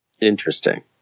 Interesting